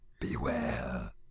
Beware